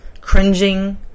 cringing